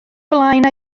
flaen